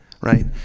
Right